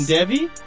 Debbie